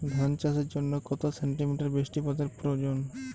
ধান চাষের জন্য কত সেন্টিমিটার বৃষ্টিপাতের প্রয়োজন?